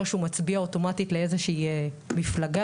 שהוא מצביע אוטומטית לאיזו שהיא מפלגה,